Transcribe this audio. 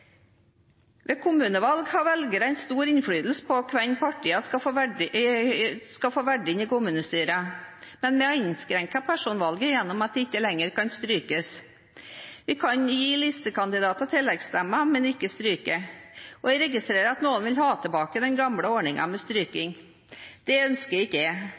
Ved kommunevalg har velgerne stor innflytelse på hvem partiene skal få valgt inn i kommunestyret, men vi har innskrenket personvalget gjennom at det ikke lenger kan strykes. Vi kan gi listekandidater tilleggsstemme, men ikke stryke. Jeg registrerer at noen vil ha tilbake den gamle ordningen med stryking. Det ønsker ikke jeg.